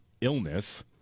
illness